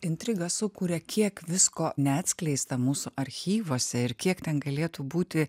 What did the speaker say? intrigą sukuria kiek visko neatskleista mūsų archyvuose ir kiek ten galėtų būti